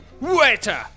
Waiter